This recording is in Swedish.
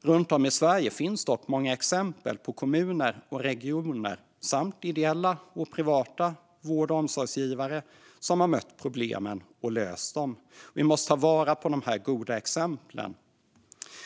Runt om i Sverige finns dock många exempel på kommuner och regioner samt ideella och privata vård och omsorgsgivare som har mött problemen och löst dem. Vi måste ta vara på dessa goda exempel.